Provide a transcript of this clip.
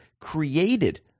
created